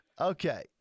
Okay